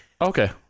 okay